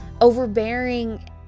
overbearing